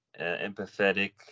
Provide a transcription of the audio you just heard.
empathetic